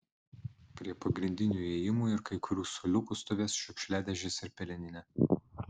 prie pagrindinių įėjimų ir kai kurių suoliukų stovės šiukšliadėžės ir peleninė